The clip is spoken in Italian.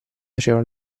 faceva